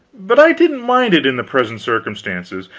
but i didn't mind it in the present circumstances,